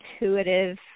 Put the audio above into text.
intuitive